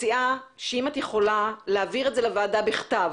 אני מציעה שתעבירי את זה לוועדה בכתב.